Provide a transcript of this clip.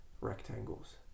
rectangles